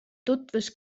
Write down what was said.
tutvus